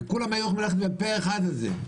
וכולם היו אמורים ללכת בפה אחד על זה,